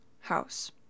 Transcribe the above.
house